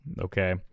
okay